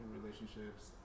relationships